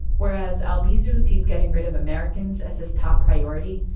whereas albizu sees getting rid of americans as his top priority,